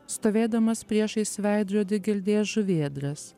stovėdamas priešais veidrodį girdės žuvėdras